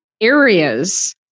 areas